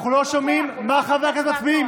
אנחנו לא שומעים מה חברי הכנסת מצביעים.